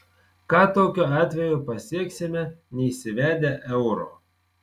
ką tokiu atveju pasieksime neįsivedę euro